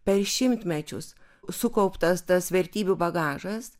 per šimtmečius sukauptas tas vertybių bagažas